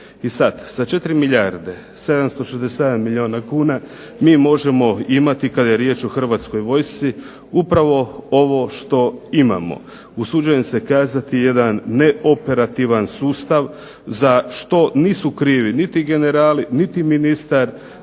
I sada sa 4 milijarde 767 milijuna kuna mi možemo imati kada je riječ o Hrvatskoj vojsci upravo ovo što imamo. Usuđujem se kazati jedan neoperativan sustav za što nisu krivi niti generali, niti ministar,